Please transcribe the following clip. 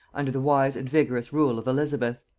under the wise and vigorous rule of elizabeth.